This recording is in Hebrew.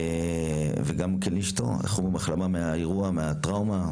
גם לאשתו, החלמה מהירה מהאירוע, מהטראומה.